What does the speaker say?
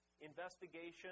investigation